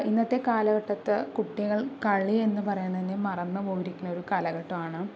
ഇന്നത്തെ കാലഘട്ടത്ത് കുട്ടികള് കളി എന്ന് പറയണത് തന്നെ മറന്ന് പോയിരിക്കണ ഒരു കാലഘട്ടമാണ്